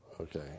okay